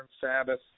Sabbath